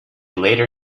later